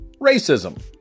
racism